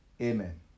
amen